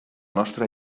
nostra